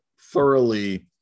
thoroughly